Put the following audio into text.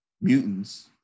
mutants